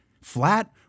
flat